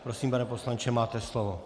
Prosím, pane poslanče, máte slovo.